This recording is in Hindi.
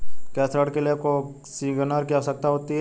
क्या ऋण के लिए कोसिग्नर की आवश्यकता होती है?